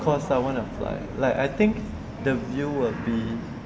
because I want to fly fly like I think the view will be